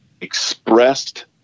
expressed